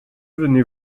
venez